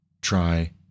try